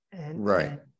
right